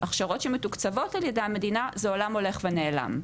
הכשרות שמתוקצבות על ידי המדינה זה עולם הולך ונעלם.